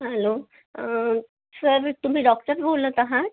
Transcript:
hello sir तुम्ही doctor बोलत आहात